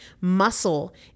Muscle